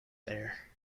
there